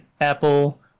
Apple